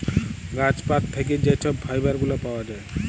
গাহাচ পাত থ্যাইকে যে ছব ফাইবার গুলা পাউয়া যায়